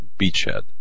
beachhead